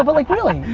but like really,